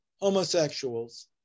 homosexuals